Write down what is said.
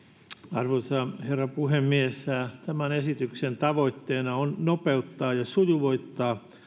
arvoisa herra puhemies tämän esityksen tavoitteena on nopeuttaa ja sujuvoittaa